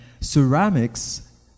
ceramics